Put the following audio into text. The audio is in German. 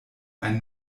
ein